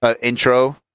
intro